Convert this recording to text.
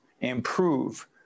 improve